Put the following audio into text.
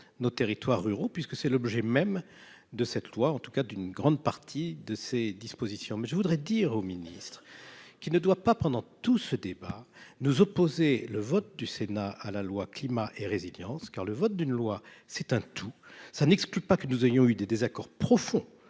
nos territoires ruraux puisque c'est l'objet même de cette loi en tous cas d'une grande partie de ces dispositions. Mais je voudrais dire au ministre. Qui ne doit pas pendant tout ce débat nous opposer le vote du Sénat à la loi climat et résilience, car le vote d'une loi, c'est un tout, ça n'exclut pas que nous ayons eu des désaccords profonds